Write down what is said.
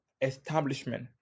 establishment